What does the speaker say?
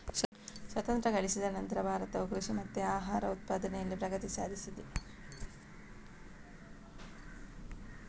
ಸ್ವಾತಂತ್ರ್ಯ ಗಳಿಸಿದ ನಂತ್ರ ಭಾರತವು ಕೃಷಿ ಮತ್ತೆ ಆಹಾರ ಉತ್ಪಾದನೆನಲ್ಲಿ ಪ್ರಗತಿ ಸಾಧಿಸಿದೆ